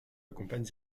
accompagne